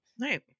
Right